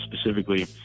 specifically